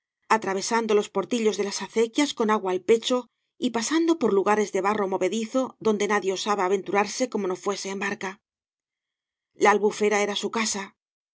atravesando los portillos de las acequias con agua al pecho y pasando por lugares de barro movedizo donde nadie osaba aventurarse como no fuese en barca la albufera era su casa